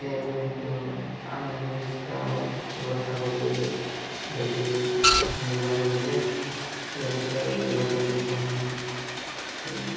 ଏ ଆମେ ଯେଉଁ ଆମେ ନ୍ୟୁଜ୍ଟା ହେଉ କି ଖବରକାଗଜ ବି ଦେଖିକି ଆମେ ଜାଣିବୁ ଯେ ଏ ରାସ୍ତାରେ ଯିବାଟା ବି ଭଲ୍ ନୁହଁ